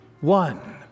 one